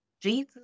Jesus